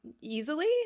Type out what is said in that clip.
easily